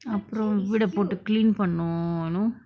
அப்புரோ வீட போட்டு:appuro veeda potu clean பண்ணோனு:pannonu